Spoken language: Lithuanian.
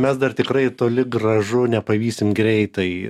mes dar tikrai toli gražu nepavysim greitai